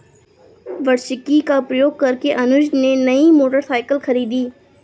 वार्षिकी का प्रयोग करके ही अनुज ने नई मोटरसाइकिल खरीदी